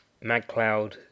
MagCloud